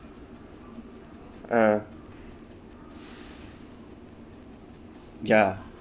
ah ya